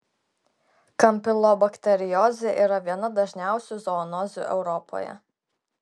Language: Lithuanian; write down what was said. kampilobakteriozė yra viena dažniausių zoonozių europoje